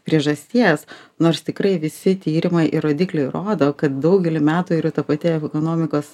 priežasties nors tikrai visi tyrimai ir rodikliai rodo kad daugelį metų yra ta pati ekonomikos